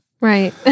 Right